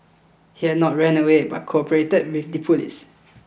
he had not run away but cooperated with the police